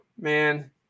man